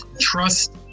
trust